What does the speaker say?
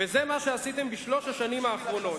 וזה מה שעשיתם בשלוש השנים האחרונות,